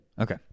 Okay